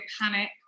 panic